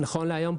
נכון להיום,